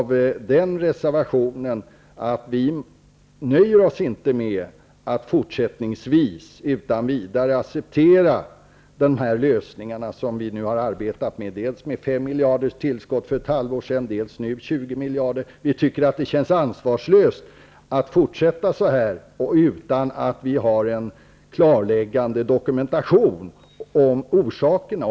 Vi nöjer oss inte med att fortsättningsvis utan vidare acceptera de lösningar som vi har arbetat med. Det gäller dels ett tillskott på 5 miljarder för ett halvår sedan, dels 20 miljarder nu. Vi tycker att det känns ansvarslöst att fortsätta på detta sätt, utan att vi har en klarläggande dokumentation om orsakerna.